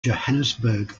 johannesburg